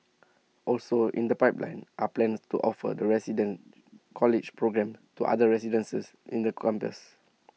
also in the pipeline are plans to offer the resident college programmes to other residences in the campus